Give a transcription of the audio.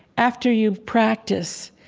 after you've practiced,